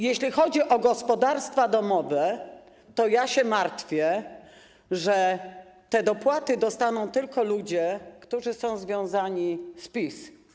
Jeśli chodzi o gospodarstwa domowe, to ja się martwię, że te dopłaty dostaną tylko ludzie, którzy są związani z PiS.